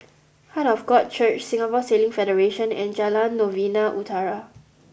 Heart of God Church Singapore Sailing Federation and Jalan Novena Utara